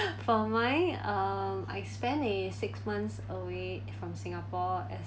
for mine um I spend a six months away from singapore as